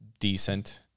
decent